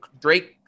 Drake